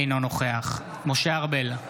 אינו נוכח משה ארבל,